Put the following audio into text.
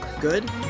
good